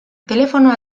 telefonoa